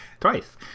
twice